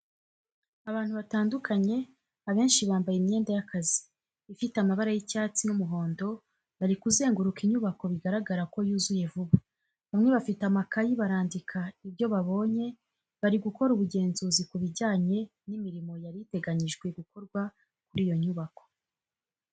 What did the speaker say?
Abantu batandukanye, abenshi bambaye imyenda y'akazi, ifite amabara y'icyatsi n'umuhondo, bari kuzenguruka inyubako bigaragara ko yuzuye vuba bamwe bafite amakayi barandika ibyo babonye bari gukora ubugenzuzi ku bijyanye n'imirimo yari iteganyijwe gukorwa kuri iyo nyubako.